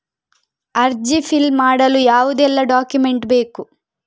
ಅರ್ಜಿ ಫಿಲ್ ಮಾಡಲು ಯಾವುದೆಲ್ಲ ಡಾಕ್ಯುಮೆಂಟ್ ಬೇಕು?